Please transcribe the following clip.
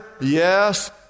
Yes